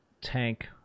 tank